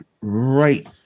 right